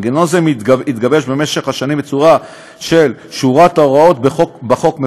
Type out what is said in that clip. מנגנון זה התגבש במשך השנים בצורה של שורת הוראות בחוק,